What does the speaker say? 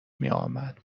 میامد